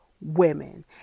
women